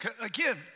again